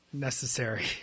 necessary